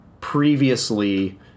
previously